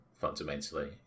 fundamentally